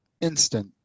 instant